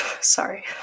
Sorry